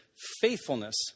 faithfulness